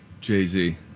Jay-Z